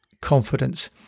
confidence